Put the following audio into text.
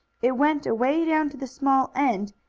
it went away down to the small end,